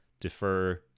defer